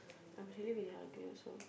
I'm feeling very hungry also